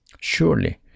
surely